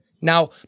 Now